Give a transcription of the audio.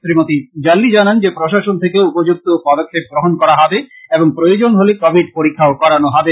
শ্রীমতি জাল্লি জানান যে প্রশাসন থেকে উপযুক্ত পদক্ষেপ গ্রহন করা হবে এবং প্রয়োজন হলে কোবিড পরীক্ষাও করানো হবে